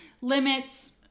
limits